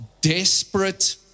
desperate